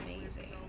amazing